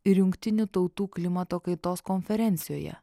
ir jungtinių tautų klimato kaitos konferencijoje